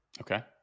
Okay